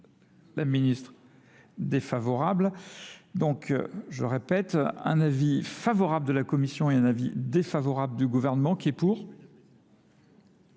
la ministre défavorable. Donc, je répète, un avis favorable de la Commission et un avis défavorable du gouvernement qui est pour,